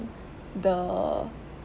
the